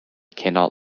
cannot